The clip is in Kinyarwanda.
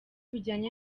bijyanye